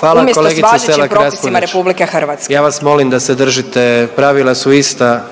Hvala vam lijepa/…usklađivati